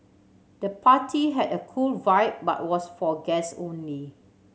the party had a cool vibe but was for guess only